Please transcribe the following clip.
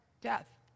death